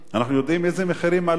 אנחנו יודעים איזה מחירים עלו.